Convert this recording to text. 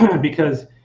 because-